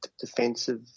defensive